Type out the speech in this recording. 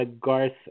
Garth